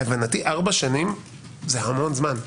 להבנתי ארבע שניישם זה המון זמן.